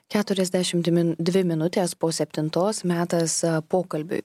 keturiasdešimt min dvi minutės po septintos metas pokalbiui